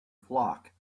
flock